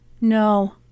No